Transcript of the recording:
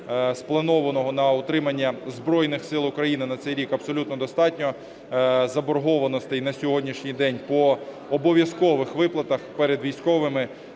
спланованого на утримання Збройних Сил України на цей рік, абсолютно достатньо. Заборгованостей на сьогоднішній день по обов'язкових виплатах перед військовими